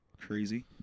crazy